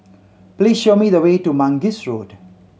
please show me the way to Mangis Road